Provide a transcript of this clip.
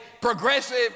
progressive